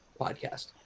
podcast